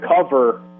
cover